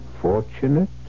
Fortunate